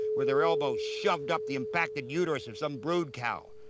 with their elbows shoved up the impacted uterus of some brood cow.